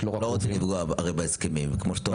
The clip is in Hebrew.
אני לא רוצה לפגוע בהסכמים, כמו שאתה יודע.